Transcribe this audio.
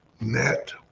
net